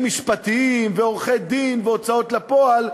משפטיים ועורכי-דין והוצאות לפועל,